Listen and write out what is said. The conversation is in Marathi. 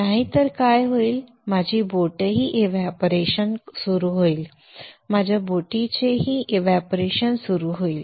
नाहीतर काय होईल माझी बोटही एव्हपोरेशन सुरू होईल माझ्या बोटीचेही एव्हपोरेशन सुरू होईल